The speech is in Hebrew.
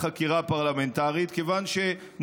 פריג' בנושא ועדת חקירה פרלמנטרית נדחתה.